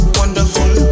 wonderful